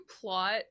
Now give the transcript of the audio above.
plot